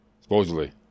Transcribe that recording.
Supposedly